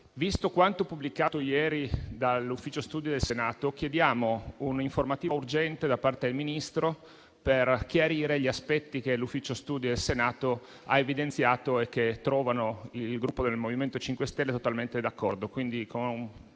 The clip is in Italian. visto quanto pubblicato ieri dal Servizio del bilancio Senato, chiediamo un'informativa urgente da parte del Ministro per chiarire gli aspetti che detto Ufficio ha evidenziato e che trovano il Gruppo MoVimento 5 Stelle totalmente d'accordo.